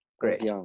Great